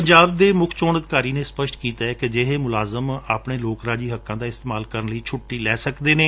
ਪੰਜਾਬ ਦੇ ਮੁੱਖ ਚੋਣ ਅਧਿਕਾਰੀ ਨੇ ਸਪਸ਼ਟ ਕੀਤੈ ਕਿ ਅਜਿਹੇ ਮੁਲਾਜਮ ਆਪਣਾ ਲੋਕਰਾਜੀ ਹੱਕਾਂ ਦਾ ਇਸਤੇਮਾਲ ਕਰਣ ਲਈ ਛੁੱਟੀ ਲੈ ਸਕਦੇ ਨੇ